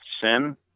sin